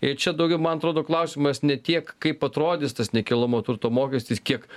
ir čia daugiau man atrodo klausimas ne tiek kaip atrodys tas nekilnojamo turto mokestis kiek